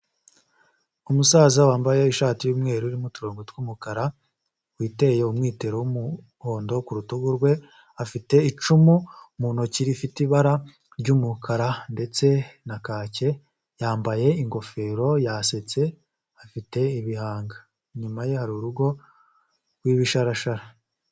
Umusaza wambaye ishati y'umweru urimo uturongogo tw'umukara witeye umwitero w'umuhondo ku rutugu rwe, afite icumu mu ntoki rifite ibara ry'umukara ndetse na kake, yambaye ingofero yasetse afite ibihanga, inyuma ye hari urugo rw'ibisharashara